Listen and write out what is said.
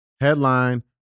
headline